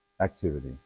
activity